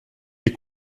les